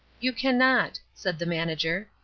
you can not, said the manager.